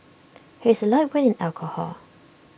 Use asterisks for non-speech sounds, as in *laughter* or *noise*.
*noise* he is A lightweight in alcohol